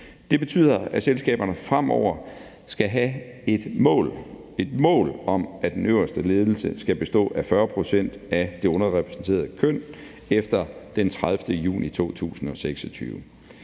Det betyder, at selskaberne fremover skal have et mål – et mål – om, at den øverste ledelse skal bestå af 40 pct. af det underrepræsenterede køn efter den 30. juni 2026.